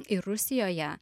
ir rusijoje